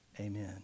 Amen